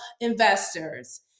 investors